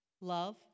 love